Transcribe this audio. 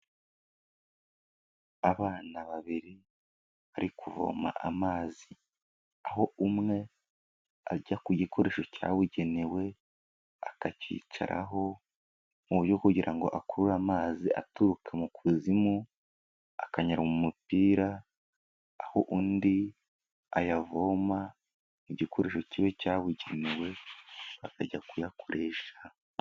Abana babiri bari kuvoma amazi. Aho umwe ajya ku gikoresho cyabugenewe akakicaraho, mu buryo bwo kugira ngo akurure amazi aturuka mu kuzimu, akanyura mu mupira, aho undi ayavoma mu gikoresho kiwe cyabugenewe, akajya kuyakoresha.